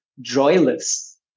joyless